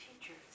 teachers